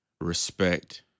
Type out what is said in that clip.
respect